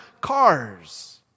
cars